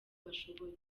bashoboye